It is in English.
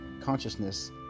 consciousness